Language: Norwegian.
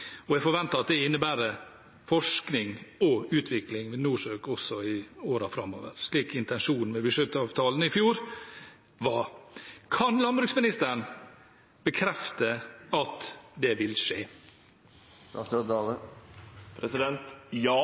økologi. Jeg forventer at det innebærer forskning og utvikling ved NORSØK også i årene framover, slik intensjonen i budsjettavtalen i fjor var. Kan landbruksministeren bekrefte at det vil skje? Ja,